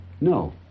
No